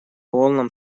полном